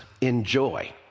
enjoy